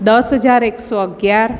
દસ હજાર એકસો અગિયાર